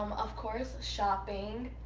um of course shopping.